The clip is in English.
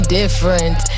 different